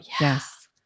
Yes